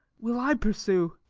will i pursue.